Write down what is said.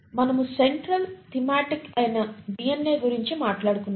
మనము central thematic అయిన DNA గురించి మాట్లాడుకున్నాము